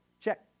Check